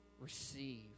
receive